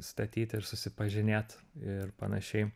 statyt ir susipažinėt ir panašiai